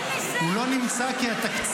אין לזה --- הוא לא נמצא כי התקציב